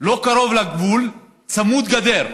לא קרוב לגבול, צמוד גדר.